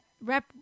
rep